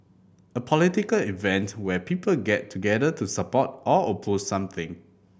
a political event where people get together to support or oppose something